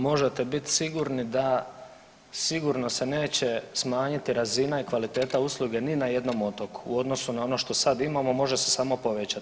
Možete biti sigurni da sigurno se neće smanjiti razina i kvaliteta usluge ni na jednom otoku u odnosu na ono što sad imamo može se samo povećati.